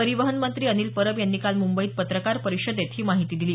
परिवहन मंत्री अनिल परब यांनी काल मंबईत पत्रकार परिषदेत ही माहिती दिली